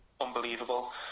unbelievable